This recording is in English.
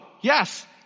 yes